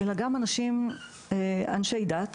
אלא גם אנשי דת,